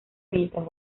mientras